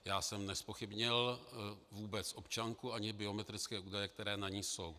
Já jsem nezpochybnil vůbec občanku ani biometrické údaje, které na ní jsou.